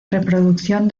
reproducción